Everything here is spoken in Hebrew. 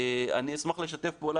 אני אשמח לשתף פעולה.